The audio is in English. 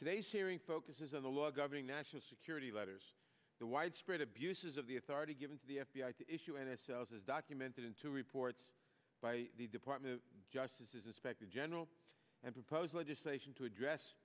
today sharing focuses on the law governing national security letters the widespread abuses of the authority given to the f b i to issue n s l s as documented in two reports by the department of justice's inspector general and propose legislation to address